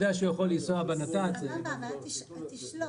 אל תשלול.